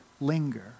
linger